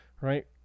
Right